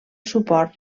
suport